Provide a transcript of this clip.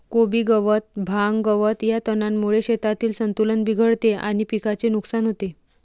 कोबी गवत, भांग, गवत या तणांमुळे शेतातील संतुलन बिघडते आणि पिकाचे नुकसान होते